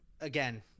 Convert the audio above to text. again—